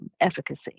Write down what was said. efficacy